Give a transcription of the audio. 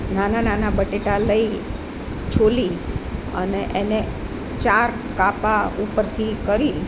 નાના નાના બટેટા લઈ છોલી અને એને ચાર કાપા ઉપરથી કરી